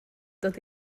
dod